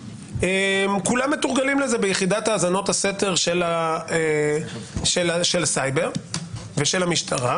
כולם מתורגלים לזה ביחידת האזנות הסתר של הסייבר ושל המשטרה,